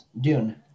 Dune